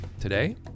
Today